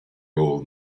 old